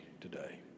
today